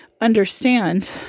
understand